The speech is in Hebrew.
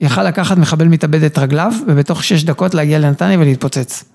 יכל לקחת מחבל מתאבד את רגליו ובתוך שש דקות להגיע לנתניה ולהתפוצץ.